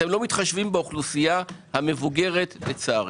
אתם לא מתחשבים באוכלוסייה המבוגרת לצערי.